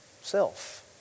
self